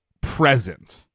present